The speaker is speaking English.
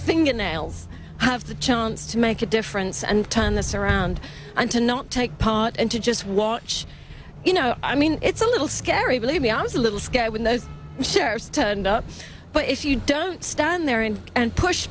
fingernails have the chance to make a difference and turn this around and to not take part and to just watch you know i mean it's a little scary believe me i was a little scared when those shares turned up but if you don't stand there and